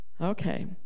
Okay